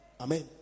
Amen